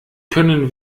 können